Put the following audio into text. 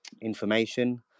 information